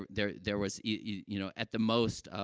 there there was you know, at the most, um,